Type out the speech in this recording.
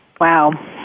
Wow